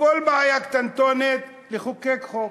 לכל בעיה קטנטונת לחוקק חוק.